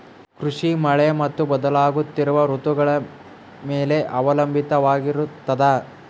ಕೃಷಿ ಮಳೆ ಮತ್ತು ಬದಲಾಗುತ್ತಿರುವ ಋತುಗಳ ಮೇಲೆ ಅವಲಂಬಿತವಾಗಿರತದ